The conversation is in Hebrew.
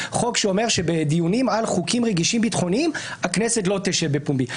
חוק שאומר שעל חוקים רגישים ביטחונית הכנסת לא תשב בפומבי.